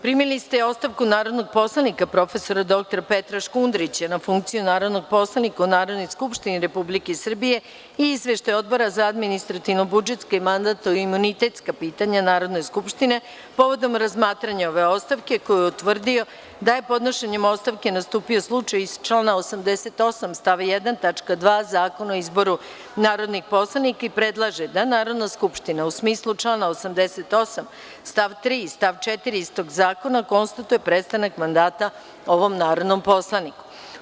Primili ste ostavku narodnog poslanika prof. dr Petra Škundrića na funkciju narodnog poslanika u Narodnoj skupštini Republike Srbije i Izveštaj Odbora za administrativno-budžetska i mandatno-imunitetska pitanja Narodne skupštine povodom razmatranja ove ostavke, koji je utvrdio da je podnošenjem ostavke nastupio slučaj iz člana 88. stav 1. tačka 2. Zakona o izboru narodnih poslanika i predlaže da Narodna skupština, u smislu člana 88. stav 3. i stav 4. istog zakona, konstatuje prestanak mandata ovom narodnom poslaniku.